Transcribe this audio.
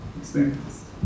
experienced